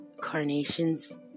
carnations